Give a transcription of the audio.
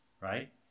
right